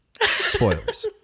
Spoilers